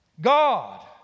God